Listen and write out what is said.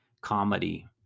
comedy